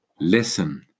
Listen